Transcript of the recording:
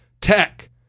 Tech